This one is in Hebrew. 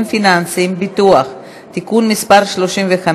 פיננסיים (ביטוח) (תיקון מס' 35)